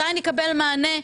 מתי אקבל מענה?